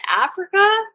Africa